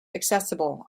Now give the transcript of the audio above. accessible